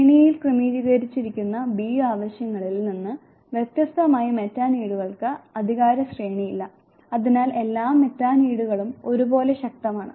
ശ്രേണിയിൽ ക്രമീകരിച്ചിരിക്കുന്ന ബി ആവശ്യങ്ങളിൽ നിന്ന് വ്യത്യസ്തമായി മെറ്റാനീഡുകൾക്ക് അധികാരശ്രേണി ഇല്ല അതിനാൽ എല്ലാ മെറ്റാനീഡുകളും ഒരുപോലെ ശക്തമാണ്